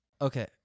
Okay